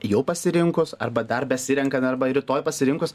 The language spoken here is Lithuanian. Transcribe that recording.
jau pasirinkus arba dar besirenkant arba rytoj pasirinkus